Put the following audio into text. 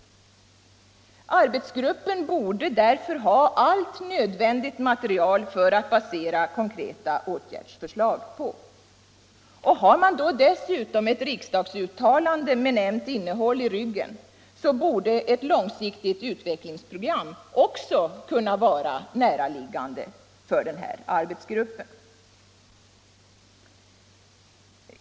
Arbetsgruppen borde därför ha allt nödvändigt material att basera konkreta åtgärdsförslag på. Har man då dessutom i ryggen ett riksdagsuttalande med nämnt innehåll, så borde ett långsiktigt utredningsprogram också kunna vara näraliggande för denna arbetsgrupp.